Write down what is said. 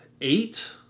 eight